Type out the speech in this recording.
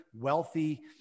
wealthy